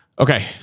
Okay